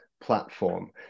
platform